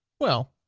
well,